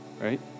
right